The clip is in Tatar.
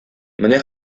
менә